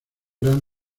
gran